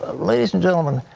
ah ladies and gentlemen,